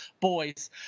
boys